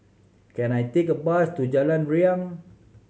can I take a bus to Jalan Riang